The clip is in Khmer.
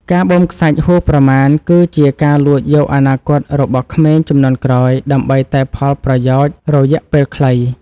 ការបូមខ្សាច់ហួសប្រមាណគឺជាការលួចយកអនាគតរបស់ក្មេងជំនាន់ក្រោយដើម្បីតែផលប្រយោជន៍រយៈពេលខ្លី។